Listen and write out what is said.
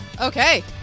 okay